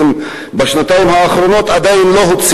ב"חמאס"